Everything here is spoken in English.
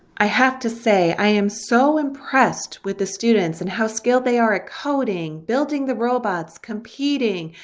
i have to say i am so impressed with the students and how skilled they are at coding, building the robots, competing,